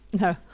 No